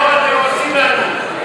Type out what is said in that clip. איזה טרור אתם עושים לנו?